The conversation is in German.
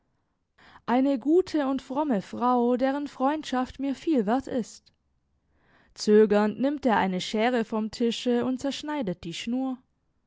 eine gute und fromme frau deren freundschaft mir viel wert ist zögernd nimmt er eine schere vom tische und zerschneidet die schnur